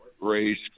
race